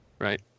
right